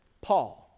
Paul